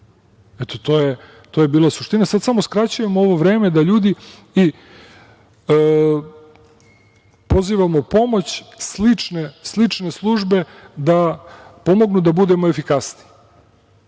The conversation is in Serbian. Eto, to je bila suština. Sada samo skraćujemo ovo vreme. Pozivamo u pomoć slične službe da pomognu da budemo efikasniji. Nemojte